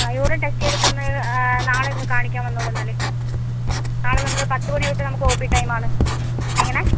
ആ urine test ചെയ്തിട്ടൊന്ന് നാളെ ഒന്ന് കാണിക്കാൻ വന്നോളൂ എന്നാൽ കാരണം നമ്മൾ പത്ത് മണി തൊട്ട് നമുക്ക് ഓ പി ടൈം ആണ് എങ്ങനെ